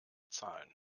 zahlen